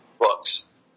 books